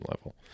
level